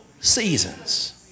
seasons